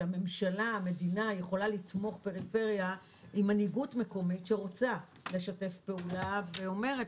המדינה יכולה לתמוך פריפריה עם מנהיגות מקומית שרוצה לשתף פעולה ואומרת,